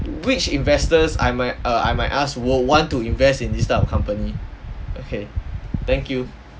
which investors I may err I might ask will want to invest in this type of company okay thank you